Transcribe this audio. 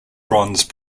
bronze